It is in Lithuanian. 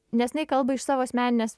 nes jinai kalba iš savo asmeninės